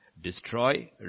destroy